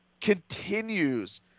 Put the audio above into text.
continues